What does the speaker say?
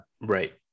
Right